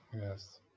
Yes